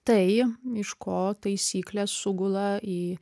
tai iš ko taisyklės sugula į